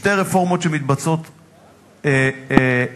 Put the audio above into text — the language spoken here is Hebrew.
שתי רפורמות שמתבצעות במקביל,